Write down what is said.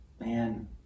man